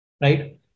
right